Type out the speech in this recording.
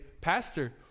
Pastor